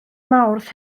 mawrth